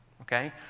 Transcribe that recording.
Okay